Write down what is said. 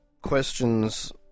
questions